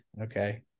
Okay